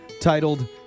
titled